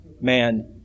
man